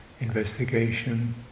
investigation